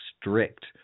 Strict